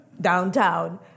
downtown